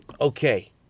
Okay